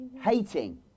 hating